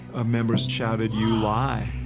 a member shouted, you lie!